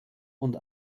und